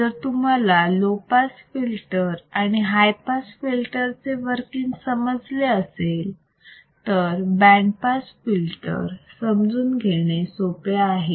जर तुम्हाला low pass filter आणि हाय पास फिल्टर चे वर्किंग समजले असेल तर बँड पास फिल्टर समजून घेणे सोपे आहे